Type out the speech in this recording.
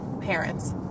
parents